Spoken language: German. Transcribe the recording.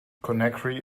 conakry